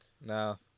No